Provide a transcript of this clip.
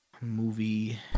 movie